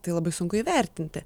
tai labai sunku įvertinti